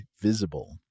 Visible